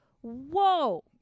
whoa